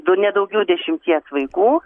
du ne daugiau dešimties vaikų